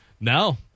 No